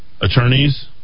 Attorneys